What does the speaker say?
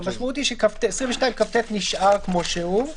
המשמעות היא שסעיף 22כט נשאר כמו שהוא.